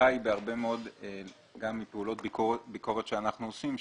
גם מפעולות ביקורת שאנחנו עושים,